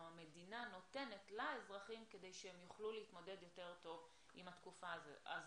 או המדינה נותנת לאזרחים כדי שהם יוכלו להתמודד יותר טוב עם התקופה הזו,